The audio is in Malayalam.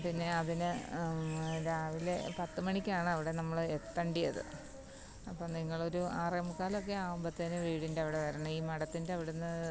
പിന്നെ അതിന് രാവിലെ പത്ത് മണിക്ക് ആണ് അവിടെ നമ്മൾ എത്തേണ്ടത് അപ്പം നിങ്ങൾ ഒരു ആറേ മുക്കാലൊക്കെ ആകുമ്പത്തേക്കും വീടിൻ്റെ അവിടെ വരണം ഈ മഠത്തിൻ്റെ അവിടുന്ന്